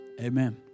amen